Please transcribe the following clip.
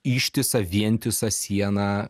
ištisą vientisą sieną